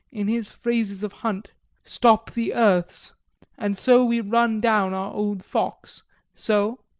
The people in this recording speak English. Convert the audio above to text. in his phrases of hunt stop the earths and so we run down our old fox so?